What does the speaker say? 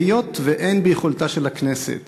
היות שאין ביכולתה של הכנסת